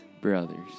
brothers